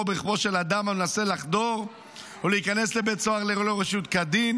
ורכבו של אדם המנסה לחדור או להיכנס לבית סוהר ללא רשות כדין.